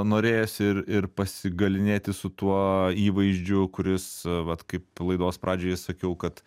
norėjosi ir ir pasigalinėti su tuo įvaizdžiu kuris vat kaip laidos pradžioje sakiau kad